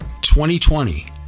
2020